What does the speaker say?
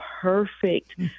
perfect